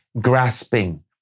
grasping